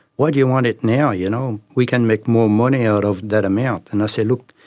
why do you want it now, you know we can make more money out of that amount. and i said, look,